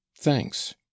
Thanks